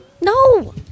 No